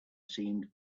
seemed